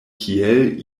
kiel